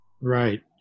Right